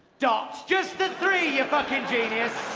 dot. just the three, you fucking genius.